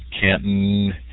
Canton